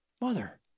Mother